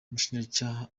umushinjacyaha